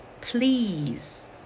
please